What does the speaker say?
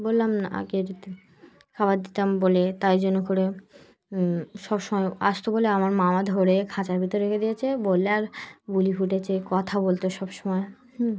বললাম না আগে খাবার দিতাম বলে তাই জন্য করে সব সময় আসতো বলে আমার মামা ধরে খাঁচার ভেতর রেখে দিয়েছে বললে আর বুলি ফুটেছে কথা বলতো সব সময় হুম